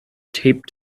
taped